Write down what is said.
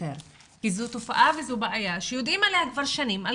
כי זו תופעה וזו בעיה שיודעים עליה כבר שנים על